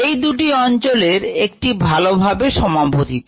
এই দুটি অঞ্চলের একটি ভালোভাবে overlap করে আছে